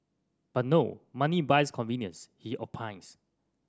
but no money buys convenience he opines